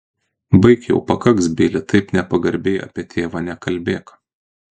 baik jau pakaks bili taip nepagarbiai apie tėvą nekalbėk